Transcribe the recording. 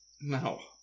No